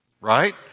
right